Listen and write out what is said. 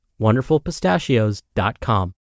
wonderfulpistachios.com